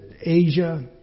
Asia